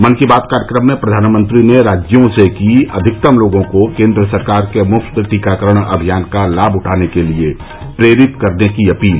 मन की बात कार्यक्रम में प्रधानमंत्री ने राज्यों से की अधिकतम लोगों को केन्द्र सरकार के मुफ्त टीकाकरण अभियान का लाभ उठाने के लिए प्रेरित करने की अपील